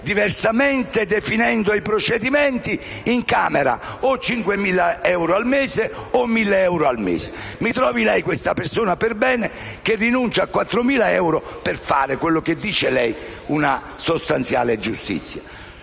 di come definisce i procedimenti, incamera 5.000 euro al mese o 1.000 euro al mese; trovi lei una persona perbene che rinuncia a 4.000 euro per fare, come dice lei, una sostanziale giustizia.